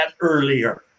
earlier